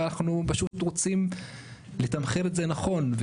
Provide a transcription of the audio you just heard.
ופשוט רוצים לתמחר את זה נכון,